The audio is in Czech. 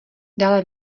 dále